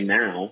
now